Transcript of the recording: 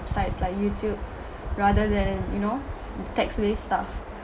sites like youtube rather than you know text-based stuff